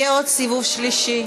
יהיה עוד סיבוב שלישי.